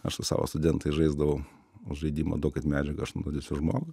aš su savo studentais žaisdavau žaidimą duokit medžiagą aš nunuodysiu žmogų